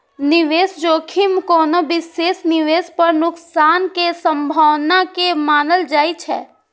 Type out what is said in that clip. निवेश जोखिम कोनो विशेष निवेश पर नुकसान के संभावना के मानल जाइ छै